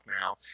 now